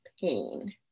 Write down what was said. pain